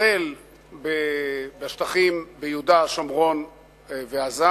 החל בשטחים, ביהודה, שומרון ועזה,